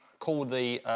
call the,